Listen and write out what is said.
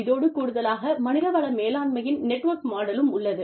இதோடு கூடுதலாக மனித வள மேலாண்மையின் நெட்வொர்க் மாடலும் உள்ளது